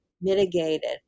mitigated